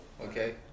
okay